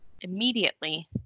immediately